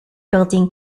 building